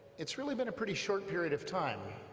it's really been a pretty short period of time.